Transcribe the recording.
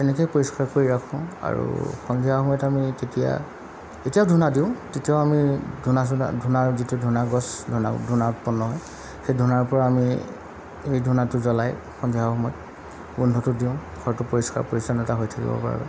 তেনেকৈয়ে পৰিষ্কাৰ কৰি ৰাখোঁ আৰু সন্ধিয়া সময়ত আমি তেতিয়া এতিয়াও ধূনা দিওঁ তেতিয়াও আমি ধূনা চুনা ধূনা যিটো ধূনা গছ ধূনা ধূনা উৎপন্ন হয় সেই ধূনাৰপৰা আমি এই ধূনাটো জ্বলাই সন্ধিয়াৰ সময়ত গোন্ধটো দিওঁ ঘৰটো পৰিষ্কাৰ পৰিচ্ছন্নতা হৈ থাকিব পৰাকৈ